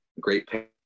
Great